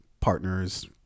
partner's